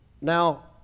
now